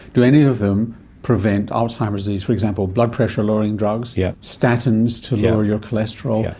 do any of them prevent alzheimer's disease, for example, blood pressure lowering drugs, yeah statins to lower your cholesterol, yeah